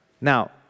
Now